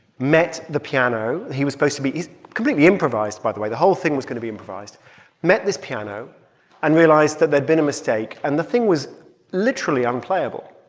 met the piano. he was supposed to be it's completely improvised, by the way. the whole thing was going to be improvised met this piano and realized that there'd been a mistake. and the thing was literally unplayable.